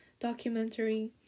documentary